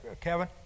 Kevin